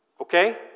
Okay